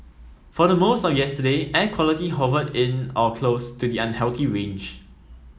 for the most of yesterday air quality hovered in or close to the unhealthy range